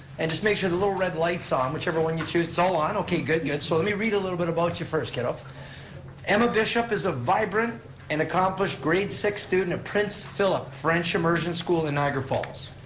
and just make sure the little red light's on, whichever one you choose, it's all so on, okay, good, good. so let me read a little bit about you first, kiddo. emma bishop is a vibrant and accomplished grade six student of prince philip french immersion school in niagara falls.